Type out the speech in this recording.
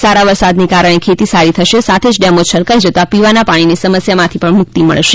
સારા વરસાદને કારણે ખેતી સારી થશે સાથે જ ડેમો છલકાઇ જતા પીવાના પાણીની સમસ્યામાંથી પણ મુક્તિ મળશે